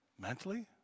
mentally